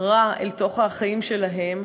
רע אל תוך החיים שלהם.